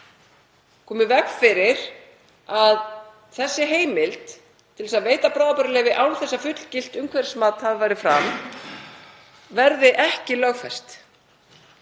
koma í veg fyrir að þessi heimild til að veita bráðabirgðaleyfi án þess að fullgilt umhverfismat hefur farið fram verði ekki lögfest.